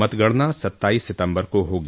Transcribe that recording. मतगणना सत्ताईस सितम्बर को होगी